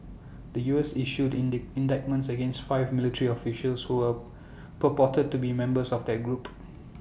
the U S issued indeed indictments against five military officials who were purported to be members of that group